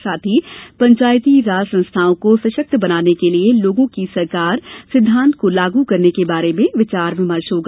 साथ ही पंचायती राज संस्थाओं को सशक्त बनाने के लिये लोगों की सरकार सिद्धांत को लागू करने के बारे में विचार विमर्श होगा